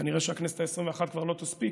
כנראה שהכנסת העשרים-ואחת כבר לא תספיק,